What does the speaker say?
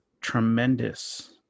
tremendous